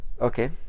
Okay